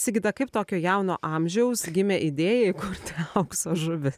sigita kaip tokio jauno amžiaus gimė idėja įkurti aukso žuvi